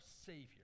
Savior